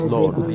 Lord